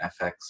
FX